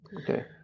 okay